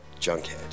Junkhead